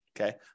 Okay